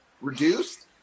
reduced